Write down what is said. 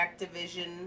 Activision